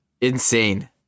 Insane